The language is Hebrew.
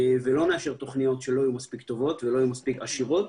ולא נאשר תוכניות שלא יהיו מספיק טובות ולא יהיו מספיק עשירות.